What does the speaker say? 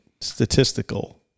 statistical